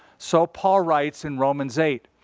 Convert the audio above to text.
so paul writes in romans eight,